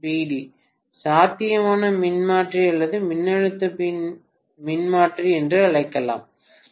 D சாத்தியமான மின்மாற்றி அல்லது மின்னழுத்த மின்மாற்றி என்று அழைப்பேன்